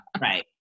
right